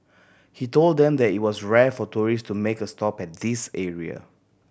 he told them that it was rare for tourist to make a stop at this area